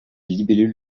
libellules